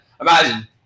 imagine